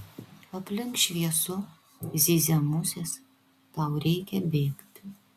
aplink šviesu zyzia musės tau reikia bėgti